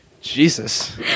Jesus